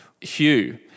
Hugh